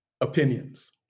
opinions